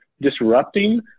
disrupting